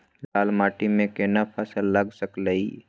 लाल माटी में केना फसल लगा सकलिए?